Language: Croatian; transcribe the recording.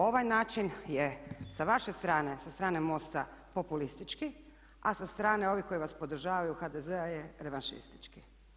Ovaj način je sa vaše strane, sa strane MOST-a populistički, a sa strane ovih koji vas podržavaju HDZ-a je revanšistički.